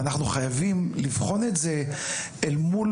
ואנחנו חייבים לבחון את זה אל מול